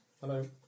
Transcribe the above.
Hello